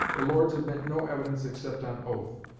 the lords admit no evidence except on oath.